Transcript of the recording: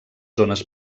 zones